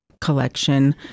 collection